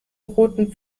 roten